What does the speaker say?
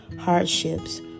hardships